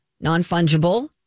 non-fungible